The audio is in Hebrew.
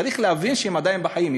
צריך להבין שהם עדיין בחיים.